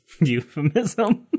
euphemism